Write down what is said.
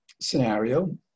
scenario